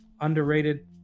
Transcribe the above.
underrated